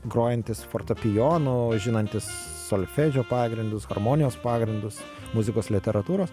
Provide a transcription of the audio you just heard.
grojantys fortepijonu žinantys solfedžio pagrindus harmonijos pagrindus muzikos literatūros